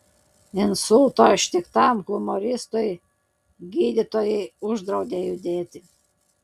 insulto ištiktam humoristui gydytojai uždraudė judėti